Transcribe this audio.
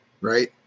right